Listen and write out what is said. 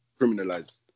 criminalized